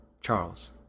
Charles